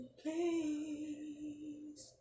please